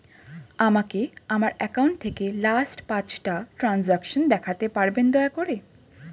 আমাকে আমার অ্যাকাউন্ট থেকে লাস্ট পাঁচটা ট্রানজেকশন দেখাতে পারবেন দয়া করে